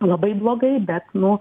labai blogai bet nu